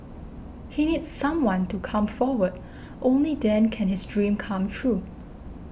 he needs someone to come forward only then can his dream come true